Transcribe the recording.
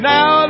Now